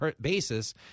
basis